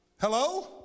Hello